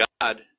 God